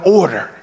order